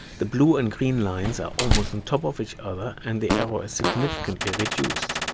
the blue and green lines are almost on top of each other and the error is significantly reduced.